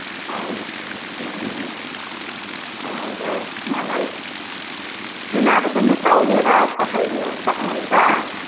अँ ए हजुर मलाई तिनीहरू पनि तौलिएर पठाइदिन सक्नुहुन्छ